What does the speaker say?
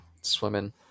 swimming